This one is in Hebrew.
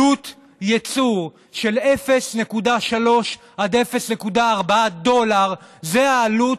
עלות ייצור של 0.3 עד 0.4 דולר, זו העלות,